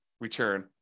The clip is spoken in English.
return